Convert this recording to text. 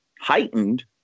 heightened